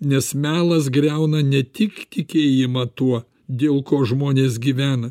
nes melas griauna ne tik tikėjimą tuo dėl ko žmonės gyvena